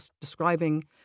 describing